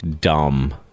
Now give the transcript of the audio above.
dumb